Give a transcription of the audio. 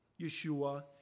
Yeshua